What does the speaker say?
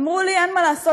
אמרו לי: אין מה לעשות,